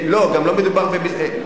1,500 בסך הכול.